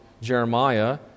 Jeremiah